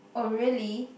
oh really